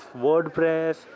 WordPress